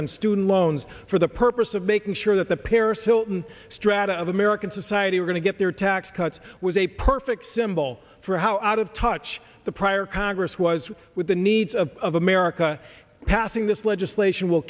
on student loans for the purpose of making sure that the paris hilton strata of american society are going to get their tax cuts was a perfect symbol for how out of touch the prior congress was with the needs of america passing this legislation will